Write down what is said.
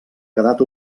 quedat